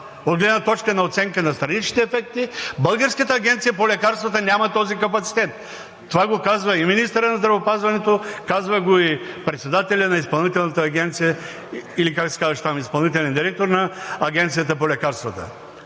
От гледна точка на оценка на страничните ефекти, българската Агенция по лекарствата няма този капацитет. Това го казва и министърът на здравеопазването, казва го и председателят на Изпълнителната агенция – или как се казваше там – изпълнителният директор на Агенцията по лекарствата.